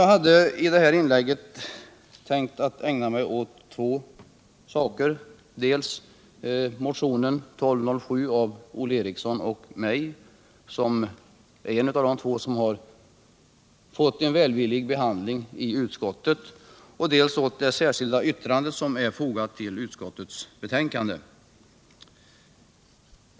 Jag hade i det här inlägget tänkt ägna mig åt två saker, dels motionen 1207 av Olle Eriksson och mig, som är en av de två motioner som har fått en välvillig behandling av utskottet, dels det särskilda yttrande som är fogat till utskottets betänkande.